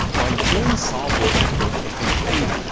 by june, saab workers weren't getting paid.